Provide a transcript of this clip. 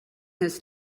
has